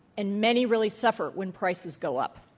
and many really suffer when prices go up.